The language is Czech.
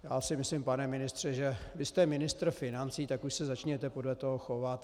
Já si myslím, pane ministře, vy jste ministr financí, tak už se začněte podle toho chovat.